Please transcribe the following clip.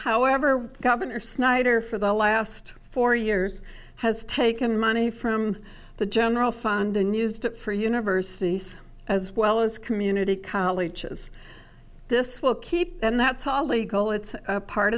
however governor snyder for the last four years has taken money from the general fund and used it for universities as well as community colleges this will keep and that's all the goal it's a part